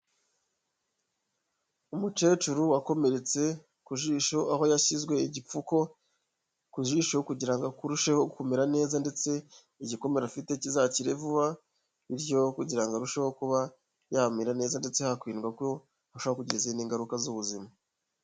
Umukecuru wakomeretse ku jisho aho yashyizwe igipfuko ku jisho kugira ngo akurusheho kumera neza ndetse igikomere afite kizakire vuba, bityo kugira ngo arusheho kuba yamera neza ndetse hakwirindwa ko hashaho kugira izindi ngaruka z'ubuzima.